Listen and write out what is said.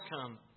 come